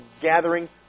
gathering